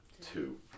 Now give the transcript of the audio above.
Two